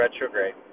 retrograde